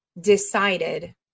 decided